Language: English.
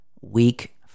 Week